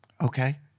Okay